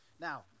Now